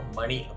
money